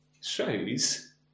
shows